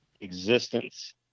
existence